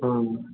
तहन